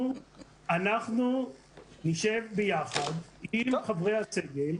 אנחנו נשב ביחד עם חברי הצוות.